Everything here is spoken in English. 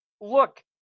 Look